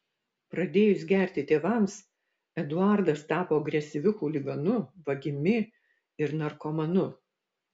pradėjus gerti tėvams eduardas tapo agresyviu chuliganu vagimi ir narkomanu